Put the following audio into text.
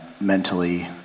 mentally